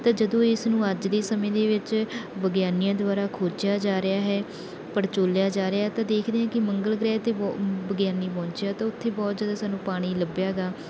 ਤਾਂ ਜਦੋਂ ਇਸ ਨੂੰ ਅੱਜ ਦੇ ਸਮੇਂ ਦੇ ਵਿੱਚ ਵਿਗਿਆਨੀਆਂ ਦੁਆਰਾ ਖੋਜਿਆ ਜਾ ਰਿਹਾ ਹੈ ਪੜਚੋਲਿਆ ਜਾ ਰਿਹਾ ਤਾਂ ਦੇਖਦੇ ਆ ਕਿ ਮੰਗਲ ਗ੍ਰਹਿ 'ਤੇ ਬੋ ਵਿਗਿਆਨੀ ਪਹੁੰਚੇ ਆ ਤਾਂ ਉੱਥੇ ਬਹੁਤ ਜ਼ਿਆਦਾ ਸਾਨੂੰ ਪਾਣੀ ਲੱਭਿਆ ਗਾ